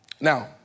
Now